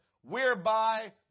whereby